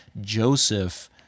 Joseph